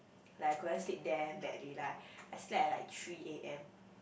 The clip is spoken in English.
like I couldn't sleep damn badly like I slept at like three A_M